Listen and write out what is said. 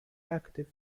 active